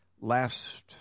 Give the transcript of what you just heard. last